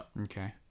okay